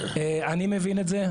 אני מבין את זה,